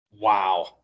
Wow